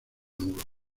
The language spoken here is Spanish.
muro